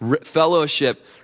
fellowship